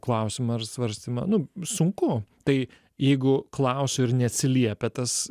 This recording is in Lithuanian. klausimą ar svarstymą nu sunku tai jeigu klausiu ir neatsiliepia tas